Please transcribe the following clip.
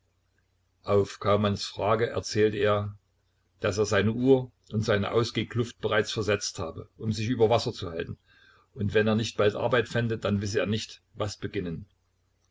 auf kaumanns frage erzählte er daß er seine uhr und seine ausgehkluft bereits versetzt habe um sich über wasser zu halten und wenn er nicht bald arbeit fände dann wisse er nicht was beginnen